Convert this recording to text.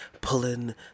pulling